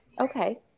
Okay